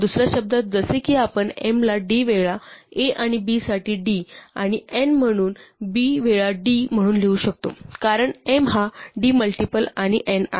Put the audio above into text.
दुसर्या शब्दात जसे की आपण m ला d वेळा a आणि b साठी d आणि n म्हणून b वेळा d म्हणून लिहू शकतो कारण m हा d मल्टिपल आणि n आहे